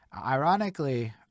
Ironically